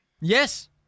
Yes